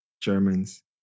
Germans